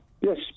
Yes